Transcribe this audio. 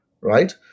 right